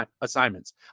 assignments